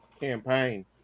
campaign